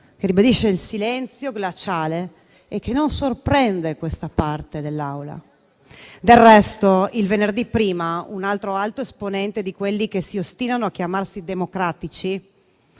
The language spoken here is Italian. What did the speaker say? che ribadisce il silenzio glaciale e che non sorprende questa parte dell'Aula. Del resto, il venerdì precedente, un altro alto esponente di quelli che si ostinano a chiamarsi democratici